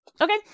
Okay